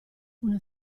una